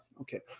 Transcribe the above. okay